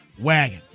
wagon